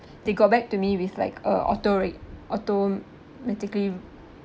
they got back to me with like uh auto re~ automatically